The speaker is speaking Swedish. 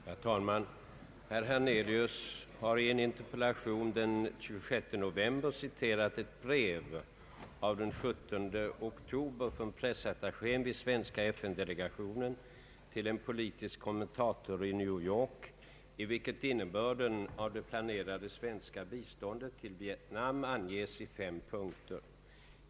Herr talman! Herr Hernelius har i en interpellation den 26 november citerat ett brev av den 17 oktober från pressattachén vid svenska FN-delegationen till en politisk kommentator i New York, i vilket innebörden av det planerade svenska biståndet till Vietnam anges i fem punkter.